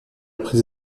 prise